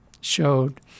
showed